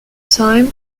time